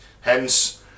Hence